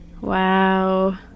Wow